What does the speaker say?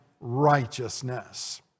righteousness